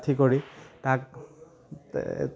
কাঠি কৰি তাক